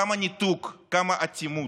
כמה ניתוק, כמה אטימות.